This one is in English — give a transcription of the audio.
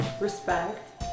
respect